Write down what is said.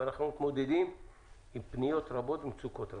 אבל אנחנו מתמודדים עם פניות רבות ומצוקות רבות.